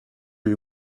you